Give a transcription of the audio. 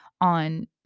on